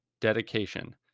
dedication